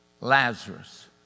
Lazarus